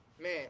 Man